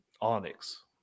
Onyx